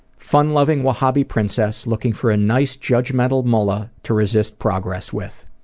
fun-loving wahhabi princess looking for a nice, judgmental mullah to resist progress with.